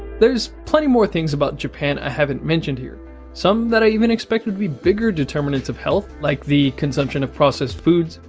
there's plenty more things about japan i haven't mentioned here, some that i even expect would be bigger determinants of health like consumption of processed foods,